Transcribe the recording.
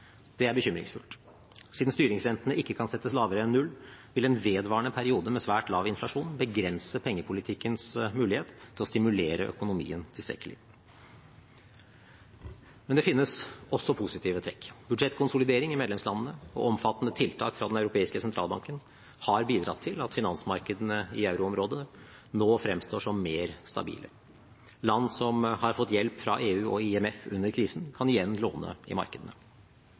Det er bekymringsfullt. Siden styringsrentene ikke kan settes lavere enn null, vil en vedvarende periode med svært lav inflasjon begrense pengepolitikkens mulighet til å stimulere økonomien tilstrekkelig. Men det finnes også positive trekk. Budsjettkonsolidering i medlemslandene og omfattende tiltak fra Den europeiske sentralbanken har bidratt til at finansmarkedene i euroområdet nå fremstår som mer stabile. Land som har fått hjelp fra EU og IMF under krisen, kan igjen låne i markedene.